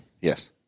Yes